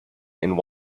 and